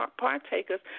partakers